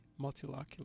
multilocular